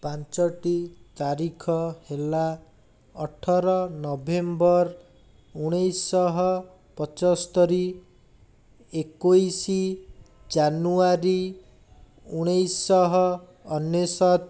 ପାଞ୍ଚୋଟି ତାରିଖ ହେଲା ଅଠର ନଭେମ୍ବର ଉଣେଇଶହ ପଞ୍ଚସ୍ତରି ଏକୋଇଶ ଜାନୁଆରୀ ଉଣେଇଶହ ଅନେଶତ